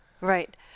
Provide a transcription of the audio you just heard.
Right